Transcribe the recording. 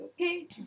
Okay